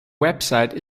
website